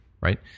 Right